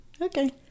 Okay